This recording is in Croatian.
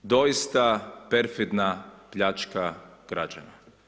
Doista perfidna pljačka građana!